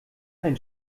ein